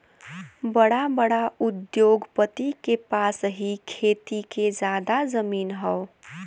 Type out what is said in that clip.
बड़ा बड़ा उद्योगपति के पास ही खेती के जादा जमीन हौ